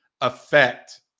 affect